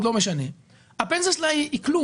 אבל הפנסיה שלה היא כלום.